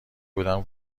بودم